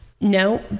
No